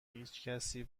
هیچکسی